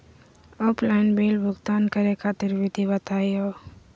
Offline bill भुगतान करे खातिर विधि बताही हो?